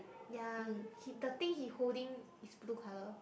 ya he the thing he holding is blue color